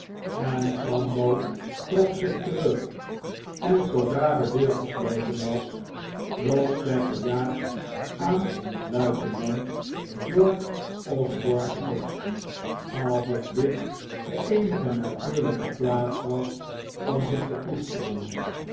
en sambo trok zich terug en zoodra de deur gesloten was vloog zij gejaagd aan luitenant george osborne's borst alsof dit de eenige natuurlijke plaats was om zich te koesteren